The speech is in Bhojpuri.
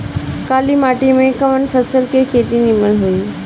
काली माटी में कवन फसल के खेती नीमन होई?